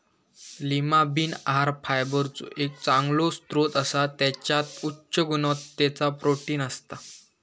Lima bean आहार फायबरचो एक चांगलो स्त्रोत असा त्याच्यात उच्च गुणवत्तेचा प्रोटीन असता